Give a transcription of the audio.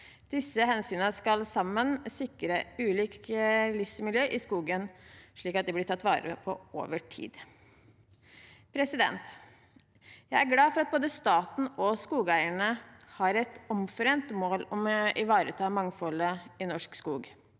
Disse hensynene skal sammen sikre at ulike livsmiljøer i skogen blir tatt vare på over tid. Jeg er glad for at både staten og skogeierne har et omforent mål om å ivareta mangfoldet i norsk skog.